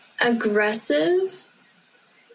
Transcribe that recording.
aggressive